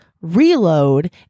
reload